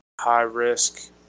high-risk